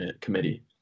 committee